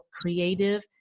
creative